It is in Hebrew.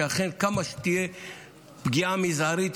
שתהיה פגיעה מזערית,